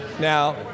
Now